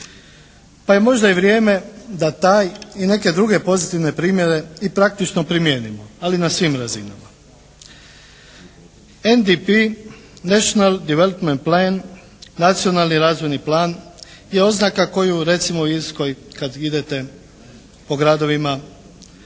Pa je možda i vrijeme da taj i neke druge pozitivne primjere i praktično primijenimo, ali na svim razinama. NDP, National Development Plan, Nacionalni razvojni plan je oznaka koju recimo u Irskoj kad idete po gradovima po